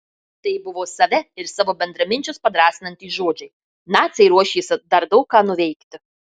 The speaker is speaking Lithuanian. tai buvo save ir savo bendraminčius padrąsinantys žodžiai naciai ruošėsi dar daug ką nuveikti